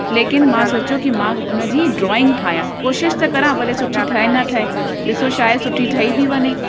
लेकिन मां सोचियो कि मां उन जी ड्रॉइंग ठाहियां कोशिश त करां भले सुठी ठै न ठै ॾिसो शायद सुठी ठही बि वञे